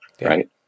Right